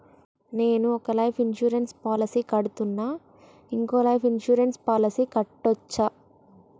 నేను ఒక life insurance policy కడ్తున్నా, ఇంకో లైఫ్ ఇన్సూరెన్స్ పాలసీ కట్టొచ్చా?